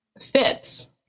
Fitz